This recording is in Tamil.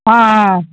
ஆ ஆ